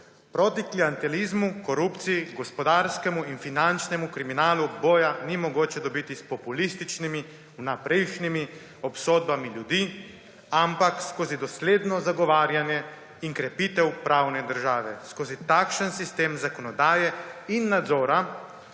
Proti klientelizmu, korupciji, gospodarskemu in finančnemu kriminalu boja ni mogoče dobiti s populističnimi, vnaprejšnjimi obsodbami ljudi, ampak skozi dosledno zagovarjanje in krepitev pravne države, skozi takšen sistem zakonodaje in nadzora,